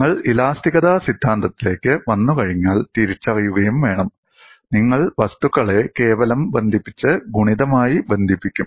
നിങ്ങൾ ഇലാസ്തികത സിദ്ധാന്തത്തിലേക്ക് വന്നുകഴിഞ്ഞാൽ തിരിച്ചറിയുകയും വേണം നിങ്ങൾ വസ്തുക്കളെ കേവലം ബന്ധിപ്പിച്ച് ഗുണിതമായി ബന്ധിപ്പിക്കും